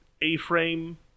A-frame